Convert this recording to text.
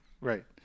Right